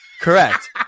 Correct